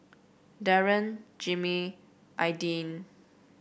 Daron Jimmie Aidyn